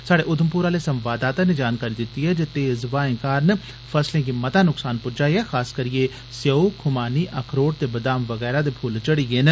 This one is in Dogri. स्हाड़े उधमपुर आहले संवाददाता नै जानकारी दित्ती ऐ जे तेज ब्हाएं कारण फसलें गी मता न्क्सान प्ज्जा ऐ खासकरियै सेअऊ ख्मानी अखरोट ते बदाम वगैरा दे फ्ल्ल झड़ी गे न